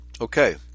Okay